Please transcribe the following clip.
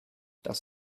das